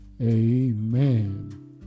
Amen